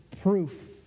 proof